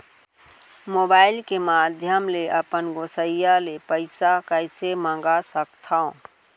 Mobile के माधयम ले अपन गोसैय्या ले पइसा कइसे मंगा सकथव?